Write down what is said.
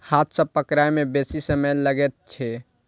हाथ सॅ पकड़य मे बेसी समय लगैत छै